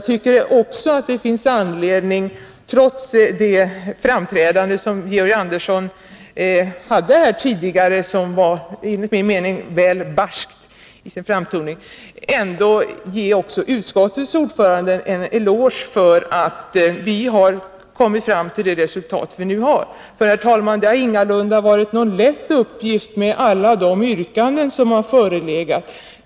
Trots Georg Anderssons framträdande, som enligt min mening var väl barskt här nyss, finns det anledning att ge utskottets ordförande en eloge för att vi har kommit fram till det resultat som nu redovisas. För, herr talman, det har ingalunda varit någon lätt uppgift med alla de yrkanden som har förelegat.